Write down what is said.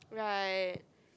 right